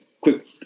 quick